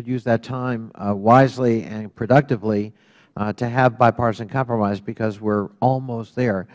could use that time wisely and productively to have bipartisan compromise because we are almost there